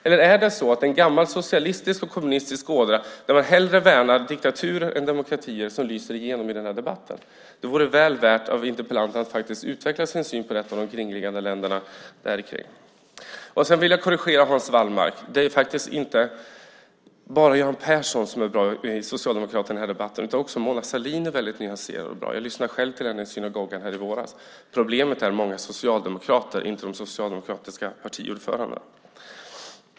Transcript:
Eller är det en gammal socialistisk och kommunistisk ådra, där man hellre värnar diktaturer än demokratier, som lyser igenom i den här debatten? Det vore väl värt att höra interpellanterna utveckla sin syn på de omkringliggande länderna. Sedan vill jag korrigera Hans Wallmark. Det är inte bara Göran Persson som är en bra socialdemokrat när det gäller denna fråga. Också Mona Sahlin är nyanserad och bra. Jag lyssnade på henne i synagogan i våras. Problemet är många socialdemokrater, inte de socialdemokratiska partiordförandena.